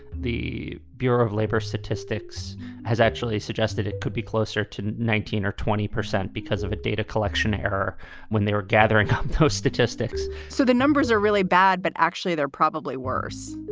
the bureau of labor statistics has actually suggested it could be closer to nineteen or twenty percent because of a data collection error when they were gathering um so statistics so the numbers are really bad, but actually they're probably worse.